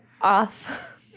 off